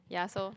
ya so